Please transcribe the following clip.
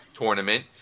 tournament